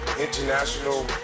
international